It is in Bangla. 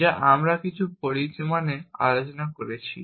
যা আমরা কিছু পরিমাণে আলোচনা করেছি